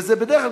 וזה בדרך כלל,